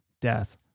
death